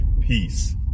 peace